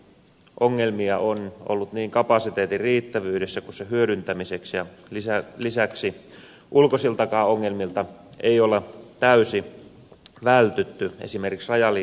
ongelmia on ollut niin kapasiteetin riittävyydessä kuin sen hyödyntämisessäkin ja lisäksi ulkoisiltakaan ongelmilta ei ole täysin vältytty esimerkiksi rajaliikenteen suhteen